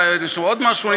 יש שם עוד משהו,